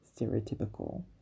stereotypical